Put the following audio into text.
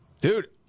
Dude